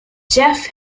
jeff